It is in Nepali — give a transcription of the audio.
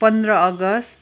पन्ध्र अगस्त